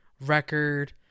record